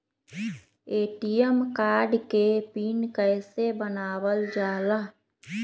ATM card के pin कैसे बनावल जाला?